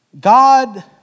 God